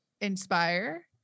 inspire